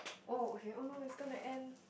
oh okay oh no it's gonna end